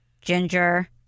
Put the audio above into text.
Ginger